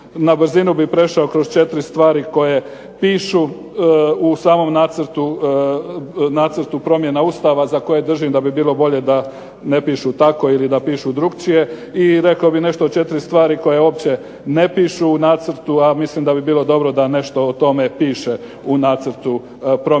Na brzinu bih prešao kroz četiri stvari koje pišu u samom Nacrtu promjene Ustava za koje držim da bi bilo bolje da ne pišu tako ili da pišu drukčije i rekao bih nešto o četiri stvari koje uopće ne pišu u nacrtu, a mislim da bi bilo dobro da nešto o tome piše u Nacrtu promjene Ustava